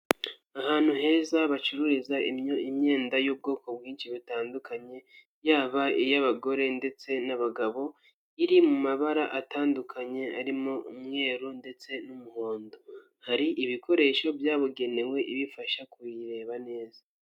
Ahantu heza bacururiza imyenda y'ubwoko bwinshi butandukanye, yaba iy'abagore ndetse n'abagabo, iri mu mabara atandukanye arimo umweru ndetse n'umuhondo, hari ibikoresho byabugenewe bifasha kuyireba neza.